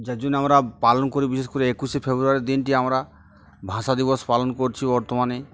যার জন্য আমরা পালন করি বিশেষ করে একুশে ফেব্রুয়ারির দিনটি আমরা ভাষা দিবস পালন করছি বর্তমানে